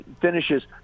finishes